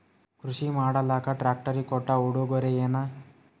ಕೃಷಿ ಮಾಡಲಾಕ ಟ್ರಾಕ್ಟರಿ ಕೊಟ್ಟ ಉಡುಗೊರೆಯೇನ?